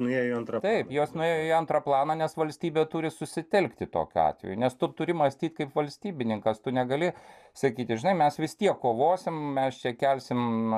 nuėjo antrą taip jos nuėjo į antrą planą nes valstybė turi susitelkti tokiu atveju nes tu turi mąstyt kaip valstybininkas tu negali sakyti žinai mes vis tiek kovosim mes čia kelsim